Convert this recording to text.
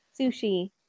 Sushi